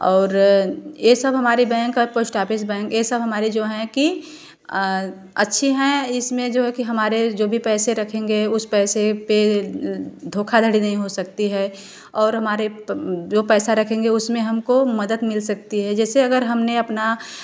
और यह सब हमारी बैंक पोस्ट ऑफिस बैंक यह सब हमारी जो है कि अच्छी है इसमें जो है कि हमारे जो भी पैसे रखेंगे उस पैसे पे धोखाधड़ी नहीं हो सकती है और हमारे जो हमारा पैसा रखेंगे उसमे हमको मदद मिल सकती है जैसे अगर हमने अपना